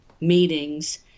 meetings